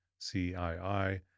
CII